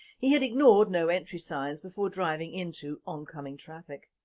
he had ignored no entry signs before driving into oncoming traffic.